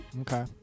Okay